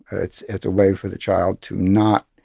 it's it's a way for the child to not